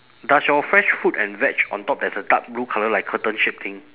does your fresh fruit and veg on top there's a dark blue colour like curtain shape thing